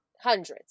hundreds